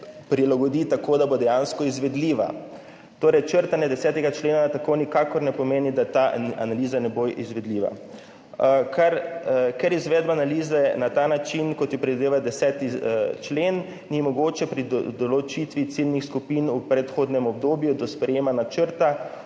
prilagodi tako, da bo dejansko izvedljiva. Torej črtanje 10. člena tako nikakor ne pomeni, da ta analiza ne bo izvedljiva. Ker izvedba analize na ta način, kot jo predvideva 10. člen, ni mogoča, pri določitvi ciljnih skupin v predhodnem obdobju do sprejema načrta